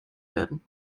werden